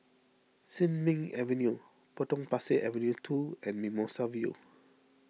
Sin Ming Avenue Potong Pasir Avenue two and Mimosa View